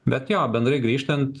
bet jo bendrai grįžtant